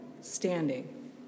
standing